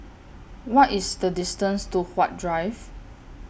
What IS The distance to Huat Drive